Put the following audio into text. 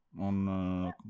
on